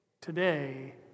today